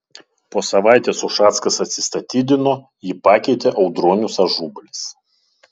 po savaitės ušackas atsistatydino jį pakeitė audronius ažubalis